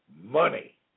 money